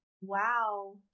Wow